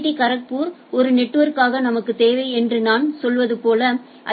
D Kharagpur ஒரு நெட்வொர்க்காக நமக்கு தேவை என்று நான் சொல்வது போலஐ